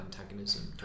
antagonism